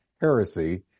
heresy